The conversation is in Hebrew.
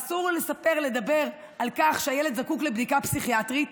אסור לספר ולדבר על כך שהילד זקוק לבדיקה פסיכיאטרית.